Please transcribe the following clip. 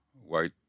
white